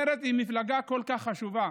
מרצ היא מפלגה כל כך חשובה,